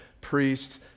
priest